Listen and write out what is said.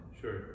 sure